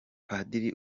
padiri